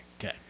Okay